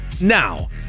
Now